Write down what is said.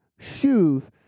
shuv